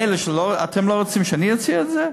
מילא, אתם לא רוצים שאני אוציא את זה?